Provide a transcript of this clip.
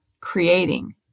creating